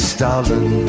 Stalin